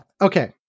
okay